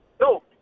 No